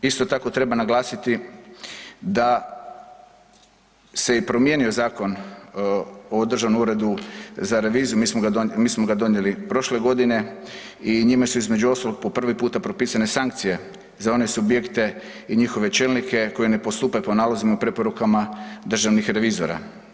Isto tako treba naglasiti da se i promijenio Zakon o Državnom uredu za reviziju, mi smo ga donijeli prošle godine i njime su između ostalog, po prvi puta propisane sankcije za one subjekte i njihove čelnike koji ne postupaju po nalozima i preporukama državnih revizora.